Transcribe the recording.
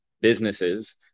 businesses